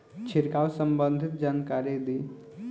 छिड़काव संबंधित जानकारी दी?